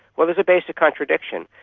well, there's a basic contradiction.